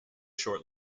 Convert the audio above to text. short